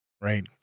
right